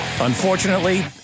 Unfortunately